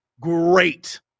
great